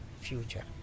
future